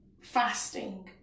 fasting